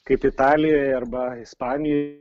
kaip italijoj arba ispanijoj